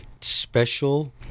special